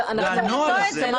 לא צריך למנוע את זה.